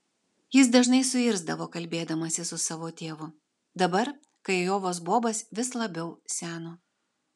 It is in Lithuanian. jis dažnai suirzdavo kalbėdamasis su savo tėvu dabar kai ajovos bobas vis labiau seno